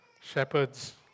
Shepherds